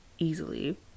Easily